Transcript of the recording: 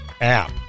app